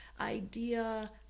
idea